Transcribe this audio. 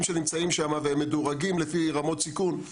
שנמצאים שם והם מדורגים לפי רמות סיכון.